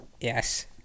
Yes